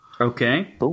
Okay